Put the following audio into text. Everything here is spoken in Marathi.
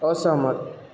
असहमत